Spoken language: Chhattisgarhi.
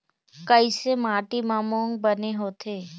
कइसे माटी म मूंग बने होथे?